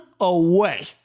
away